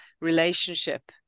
relationship